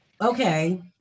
Okay